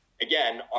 again